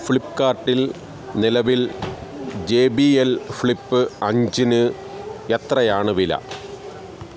ഫ്ലിപ്പ്കാർട്ടിൽ നിലവിൽ J B L flip അഞ്ചിന് എത്രയാണ് വില